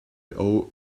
owe